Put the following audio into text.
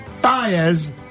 Baez